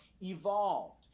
evolved